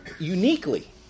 uniquely